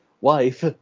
wife